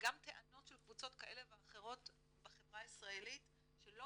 וגם טענות של קבוצות כאלה ואחרות בחברה הישראלית שלא